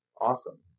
Awesome